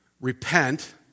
repent